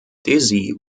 dizzy